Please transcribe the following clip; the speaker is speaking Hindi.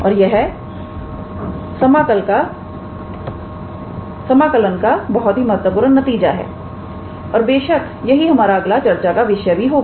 और यह समाकलन का बहुत ही महत्वपूर्ण नतीजा है और बेशक यही हमारा अगला चर्चा का विषय भी होगा